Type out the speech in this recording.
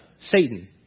Satan